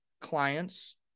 clients